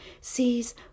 sees